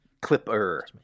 Clipper